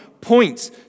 points